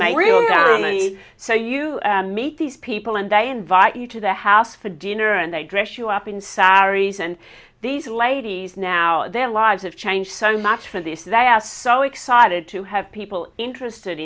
reality so you meet these people and they invite you to their house for dinner and they dress you up inside aries and these ladies now their lives have changed so much for the sas so excited to have people interested